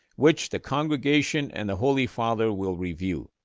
which the congregation and the holy father will review.